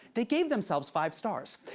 they gave themselves five stars.